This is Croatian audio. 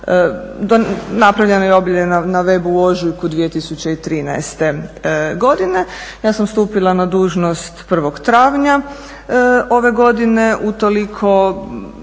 napravljeno i objavljeno na webu u ožujku 2013. godine. Ja sam stupila na dužnost 1. travnja ove godine. Utoliko